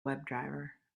webdriver